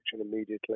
immediately